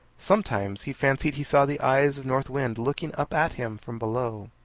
sometimes he fancied he saw the eyes of north wind looking up at him from below,